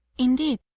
indeed,